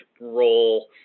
role